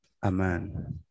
Amen